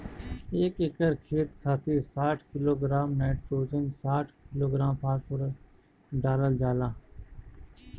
एक एकड़ खेत खातिर साठ किलोग्राम नाइट्रोजन साठ किलोग्राम फास्फोरस डालल जाला?